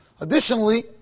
Additionally